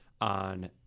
on